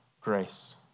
grace